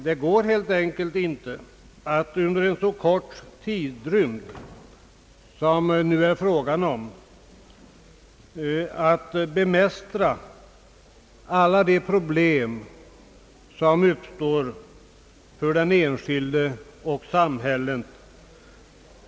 Det går helt enkelt inte att under så kort tidrymd som det nu är fråga om bemästra alla de problem som i dylika situationer uppstår för enskilda och samhällen.